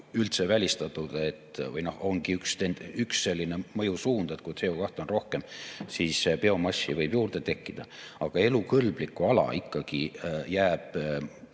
üldse välistatud, et ongi üks selline mõjusuund. Kui CO2on rohkem, siis biomassi võib juurde tekkida. Aga elukõlblikku ala ikkagi jääb